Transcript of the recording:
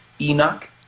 Enoch